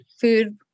food